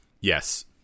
yes